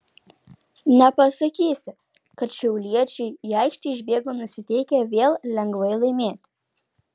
nepasakysi kad šiauliečiai į aikštę išbėgo nusiteikę vėl lengvai laimėti